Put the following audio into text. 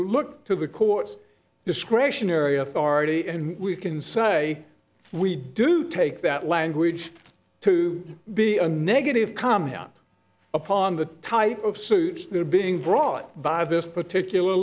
look to the courts discretionary authority and we can say we do take that language to be a negative comment up upon the type of suit being brought by this particular